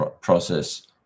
process